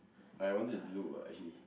I wanted to do what actually